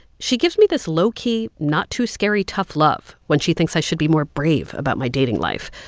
she gives me this low-key, not-too-scary tough love when she thinks i should be more brave about my dating life.